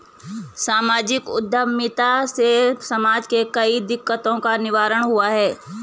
सामाजिक उद्यमिता से समाज के कई दिकक्तों का निवारण हुआ है